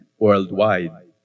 worldwide